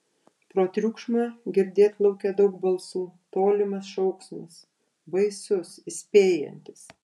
pro triukšmą girdėt lauke daug balsų tolimas šauksmas baisus įspėjantis